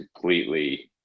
completely